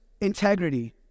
integrity